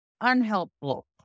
unhelpful